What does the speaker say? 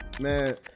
man